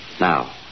Now